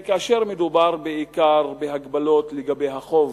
כאשר מדובר בעיקר בהגבלות לגבי החוב